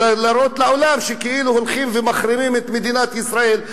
ולהראות לעולם שכאילו הולכים ומחרימים את מדינת ישראל,